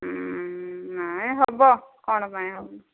ନାହିଁ ହେବ କ'ଣ ପାଇଁ